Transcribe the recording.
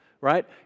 right